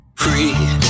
free